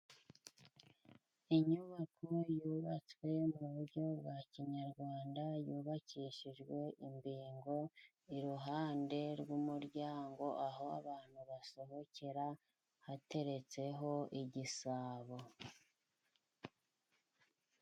Inyubako yubatswe mu buryo bwa kinyarwanda yubakishijwe imbingo, iruhande rw'umuryango aho abantu basohokera hateretseho igisabo.